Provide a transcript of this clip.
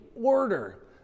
order